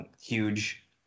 huge